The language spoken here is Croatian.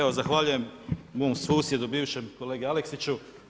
Evo zahvaljujem mom susjedu bivšem, kolegi Aleksiću.